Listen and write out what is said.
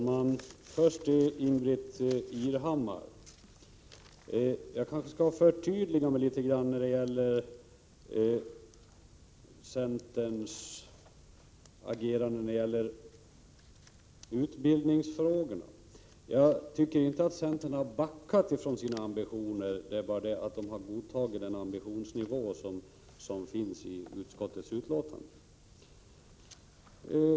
Herr talman! Jag skall kanske förtydliga mig, Ingbritt Irhammar, när det gäller centerns agerande i utbildningsfrågorna. Jag tycker inte att centern har backat från sina ambitioner, det är bara så att man har godtagit den ambitionsnivå som anges i utskottets betänkande.